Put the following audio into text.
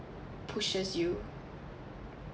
pushes you